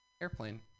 airplane